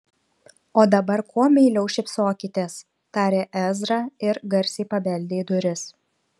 o dabar kuo meiliau šypsokitės tarė ezra ir garsiai pabeldė į duris